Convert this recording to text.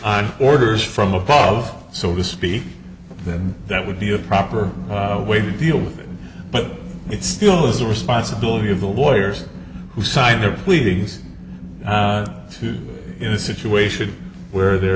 on orders from above so to speak then that would be the proper way to deal with it but it still is the responsibility of the lawyers who signed their pleadings to in a situation where there